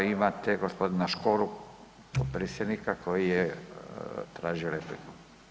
Imate gospodina Škoru potpredsjednika koji je tražio repliku.